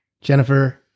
Jennifer